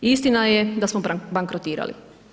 I istina je da smo bankrotirali.